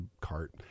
cart